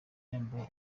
yambaye